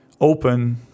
open